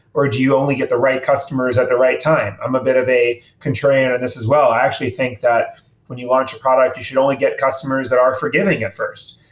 or do you only get the right customers at the right time? i'm a bit of a contrarian at and this as well. i actually think that when you launch a product, you should only get customers that are forgiving at first.